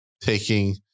taking